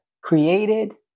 created